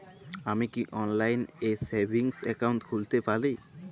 আমি কি অনলাইন এ সেভিংস অ্যাকাউন্ট খুলতে পারি?